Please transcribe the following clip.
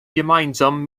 gemeinsam